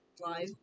live